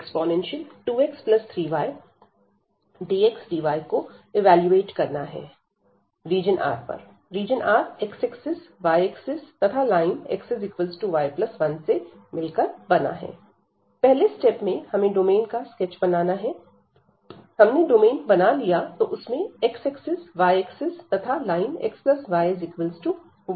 reason R x axis y axis तथा line xy1 से मिलकर बना है पहले स्टेप में हमें डोमेन का स्केच बनाना है हमने डोमेन बना लिया तो उसमें x एक्सिस y एक्सिस तथा लाइन xy1 होगी